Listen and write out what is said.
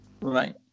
Right